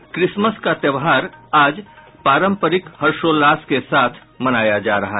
और क्रिसमस का त्योहार आज पारंपरिक हर्षोल्लास के साथ मनाया जा रहा है